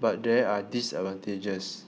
but there are disadvantages